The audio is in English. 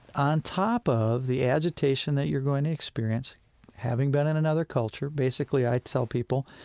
on top of the agitation that you're going to experience having been in another culture. basically, i tell people,